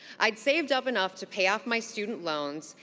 i'd saved up enough to pay off my student loans.